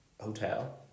Hotel